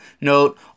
Note